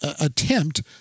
attempt